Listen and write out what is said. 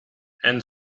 and